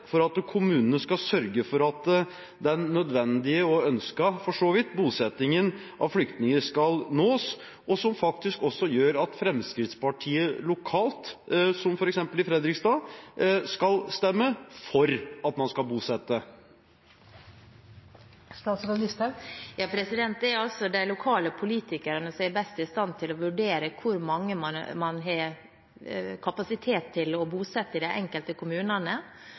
for at kommunene skal sørge for at den nødvendige og ønskede – for så vidt – bosettingen av flyktninger skal nås, og som gjør at Fremskrittspartiet lokalt, som f.eks. i Fredrikstad, skal stemme for at man skal bosette? Det er altså lokalpolitikerne som er best i stand til å vurdere hvor mange man har kapasitet til å bosette i de enkelte kommunene,